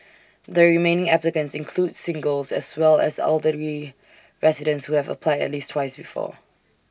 the remaining applicants include singles as well as elderly residents who have applied at least twice before